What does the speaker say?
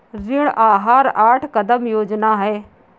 ऋण आहार आठ कदम योजना है